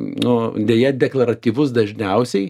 nu deja deklaratyvus dažniausiai